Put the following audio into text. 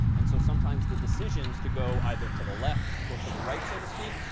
and so sometimes the decisions to go either to the left or to the right, so to speak,